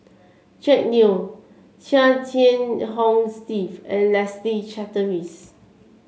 Jack Neo Chia Jiah Hong Steve and Leslie Charteris